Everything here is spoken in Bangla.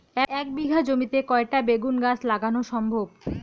এক বিঘা জমিতে কয়টা বেগুন গাছ লাগানো সম্ভব?